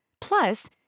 Plus